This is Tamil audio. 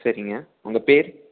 சரிங்க உங்கள் பேர்